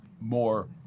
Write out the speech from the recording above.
more